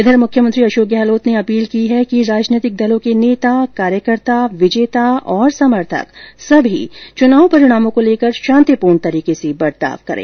इधर मुख्यमंत्री अशोक गहलोत ने अपील की है कि राजनैतिक दलों के नेता कार्यकर्ता विजेता और समर्थक सभी चुनाव परिणामों को लेकर शांतिपूर्ण तरीके से बर्ताव करें